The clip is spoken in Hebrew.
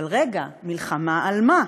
אבל רגע, מלחמה על מה?